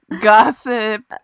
gossip